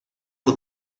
for